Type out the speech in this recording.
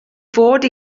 fod